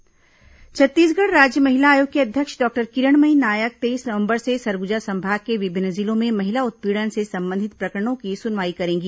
महिला आयोग सुनवाई छत्तीसगढ़ राज्य महिला आयोग की अध्यक्ष डॉक्टर किरणमयी नायक तेईस नवंबर से सरगुजा संभाग के विभिन्न जिलों में महिला उत्पीड़न से संबंधित प्रकरणों की सुनवाई करेंगी